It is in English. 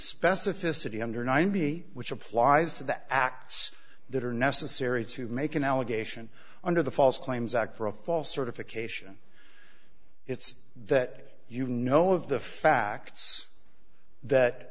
specificity under ninety which applies to the acts that are necessary to make an allegation under the false claims act for a false certification it's that you know of the facts that